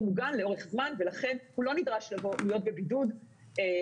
הוא מוגן לאורך זמן ולכן הוא לא נדרש להיות בבידוד כשהוא